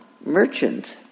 merchant